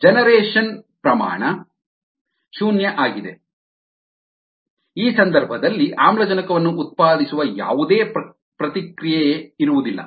generation ಪ್ರಮಾಣ ಶೂನ್ಯ ಆಗಿದೆ ಈ ಸಂದರ್ಭದಲ್ಲಿ ಆಮ್ಲಜನಕವನ್ನು ಉತ್ಪಾದಿಸುವ ಯಾವುದೇ ಪ್ರತಿಕ್ರಿಯೆ ಇರುವುದಿಲ್ಲ